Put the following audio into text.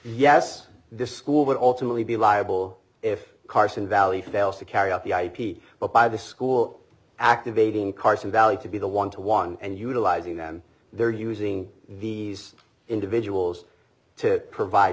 yes this school would ultimately be liable if carson valley fails to carry out the ip but by the school activating carson valley to be the one to one and utilizing them they're using the individuals to provide